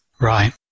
Right